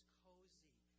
cozy